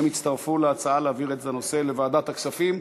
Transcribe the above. הם הצטרפו להצעה להעביר את הנושא לוועדת הכספים.